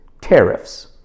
tariffs